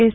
S